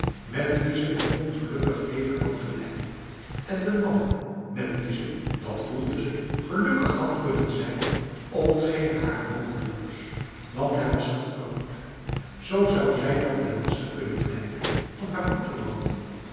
met wie ze een ongelukkig leven had geleid en de man met wie ze dat voelde ze gelukkig had kunnen zijn ontging haar hopeloos want hij was getrouwd zo zou zij dan ten laste kunnen blijven van haar